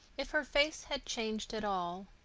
if her face had changed at all,